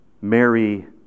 Mary